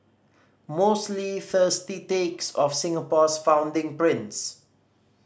mostly thirsty takes of Singapore's founding prince